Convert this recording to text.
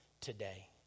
today